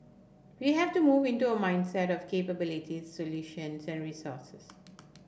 we have to move into a mindset of capabilities solutions and resources